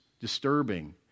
disturbing